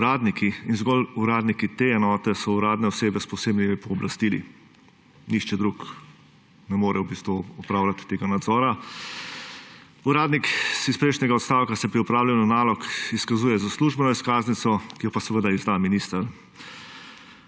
Uradniki in zgolj uradniki te enote so uradne osebe s posebnimi pooblastili. Nihče drug ne more v bistvu opravljati tega nadzora. Uradnik iz prejšnjega odstavka se pri opravljanju nalog izkazuje s službeno izkaznico, ki pa jo izda minister.